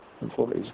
employees